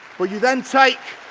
but you then take